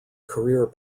career